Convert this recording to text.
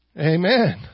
Amen